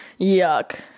Yuck